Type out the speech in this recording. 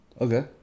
Okay